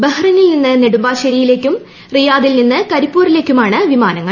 ബഹ്റിനിൽ നിന്ന് നെടുമ്പാശ്ശേരിയിലേയ്ക്കും റിയാദിൽ നിന്ന് കരിപ്പൂരേയ്ക്കുമാണ് വിമാനങ്ങൾ